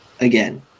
again